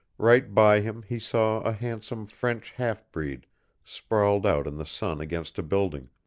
right by him he saw a handsome french half-breed sprawled out in the sun against a building,